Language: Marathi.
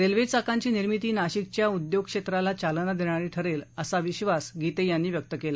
रेल्वे चाकांची निर्मिती नाशिकच्या उद्योग क्षेत्राला चालना देणारी ठरेल असा विद्वास गीते यांनी व्यक्त केला